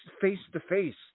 face-to-face